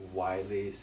widely